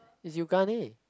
it's Yoogane